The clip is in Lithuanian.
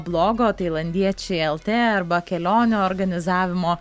blogo tailandiečiai lt arba kelionių organizavimo